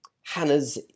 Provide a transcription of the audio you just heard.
Hannah's